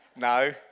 No